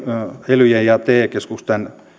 elyjen ja te keskusten